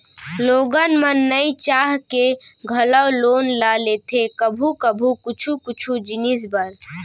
लोगन मन नइ चाह के घलौ लोन ल लेथे कभू कभू कुछु कुछु जिनिस बर